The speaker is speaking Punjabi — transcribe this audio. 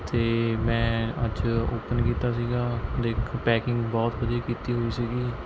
ਅਤੇ ਮੈਂ ਅੱਜ ਓਪਨ ਕੀਤਾ ਸੀ ਦੇਖ ਪੈਕਿੰਗ ਬਹੁਤ ਵਧੀਆ ਕੀਤੀ ਹੋਈ ਸੀ